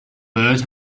bird